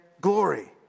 glory